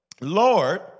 Lord